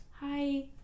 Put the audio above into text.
Hi